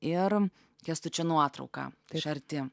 ir kęstučio nuotrauka iš arti